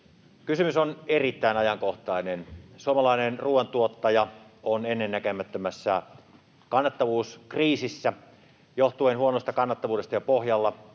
Kysymys on erittäin ajankohtainen. Suomalainen ruuantuottaja on ennennäkemättömässä kannattavuuskriisissä johtuen jo pohjalla